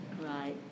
Right